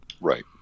right